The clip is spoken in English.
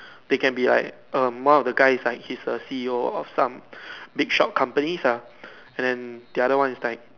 they can be like um one of the guy is the C_E_O of some big shot companies lah and then the other one is like